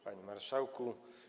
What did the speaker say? Panie Marszałku!